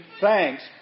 thanks